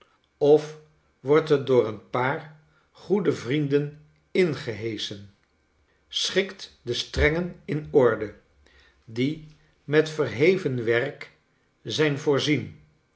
of wordt er door een paar goede vrienden in geheschen schikt de strengen in orde die met verheven werk zijn voorzien